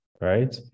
right